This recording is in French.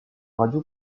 radio